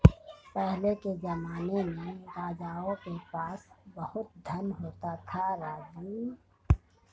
पहले के जमाने में राजाओं के पास बहुत धन होता था, राजू